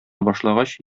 башлагач